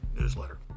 newsletter